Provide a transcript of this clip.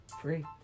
free